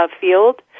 field